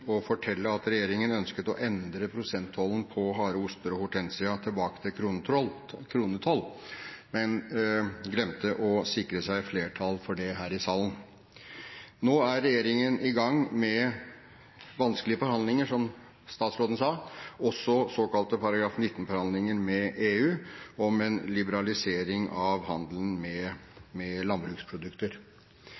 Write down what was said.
og fortelle at regjeringen ønsket å endre prosenttollen på harde oster og hortensia tilbake til kronetoll, men glemte å sikre seg flertall for det her i salen. Nå er regjeringen i gang med vanskelige forhandlinger, som statsråden sa, også såkalte artikkel 19-forhandlinger med EU om en liberalisering av handelen med